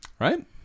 Right